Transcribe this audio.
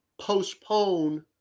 postpone